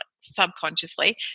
subconsciously